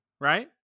right